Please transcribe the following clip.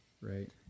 Right